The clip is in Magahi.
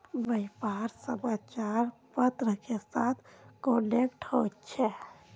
व्यापार समाचार पत्र के साथ कनेक्ट होचे?